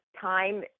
time